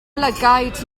lygaid